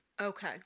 okay